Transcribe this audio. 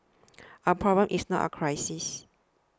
a problem is not a crisis